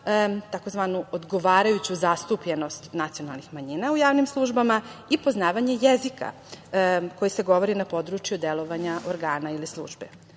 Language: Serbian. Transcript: tzv. odgovarajuću zastupljenost nacionalnih manjina u javnim službama i poznavanje jezika koje se govori na području delovanja organa ili